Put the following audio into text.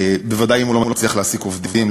ובוודאי אם הוא לא מצליח להעסיק עובדים,